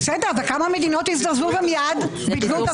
בסדר, וכמה מדינות הזדרזו ומיד ביטלו?